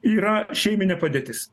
yra šeiminė padėtis